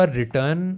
return